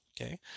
Okay